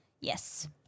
Yes